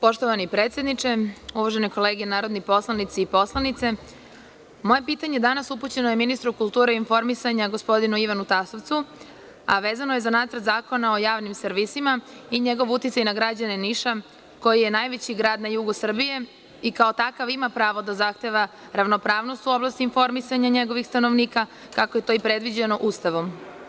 Poštova i predsedniče, uvažene kolege narodni poslanici i poslanice, moje pitanje danas je upućeno ministru kulture i informisanja, gospodinu Ivanu Tasovcu, a vezano je za Nacrt zakona o javnim servisima i njegov uticaj na građane Niša, koji je najveći grad na jugu Srbije i kao takav ima pravo da zahteva ravnopravnost u oblasti informisanja njegovih stanovnika, kako je to i predviđeno Ustavom.